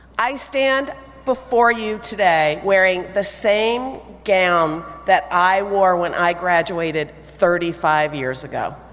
i stand before you today wearing the same gown that i wore when i graduated thirty five years ago.